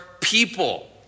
people